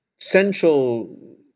central